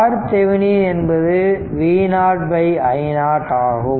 RThevenin என்பது V0 i0 ஆகும்